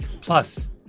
Plus